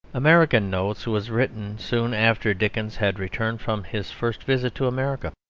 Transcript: american notes was written soon after dickens had returned from his first visit to america.